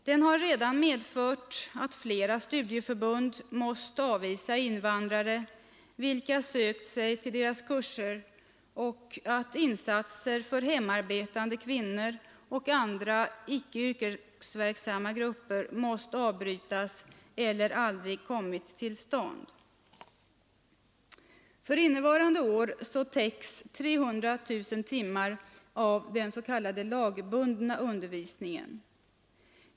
Den har redan medfört att flera studieförbund måst avvisa invandrare, vilka sökt sig till deras kurser, och att insatser för hemarbetande kvinnor och andra icke yrkesverksamma grupper måst avbrytas eller aldrig kommit till stånd. För innevarande år täcks 300 000 timmar av den s.k. lagbundna undervisningen.